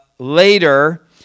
Later